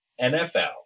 NFL